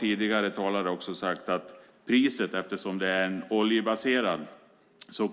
Tidigare talare har också sagt att eftersom det är en oljebaserad produkt